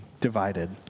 divided